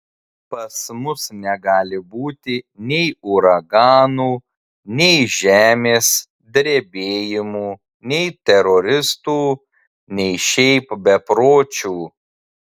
pas mus negali būti nei uraganų nei žemės drebėjimų nei teroristų nei šiaip bepročių